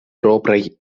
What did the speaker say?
propraj